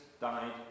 died